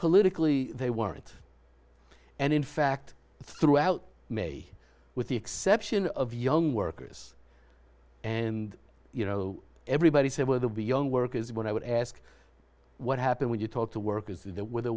politically they weren't and in fact throughout may with the exception of young workers and you know everybody said were the be young workers what i would ask what happened when you talk to workers that were the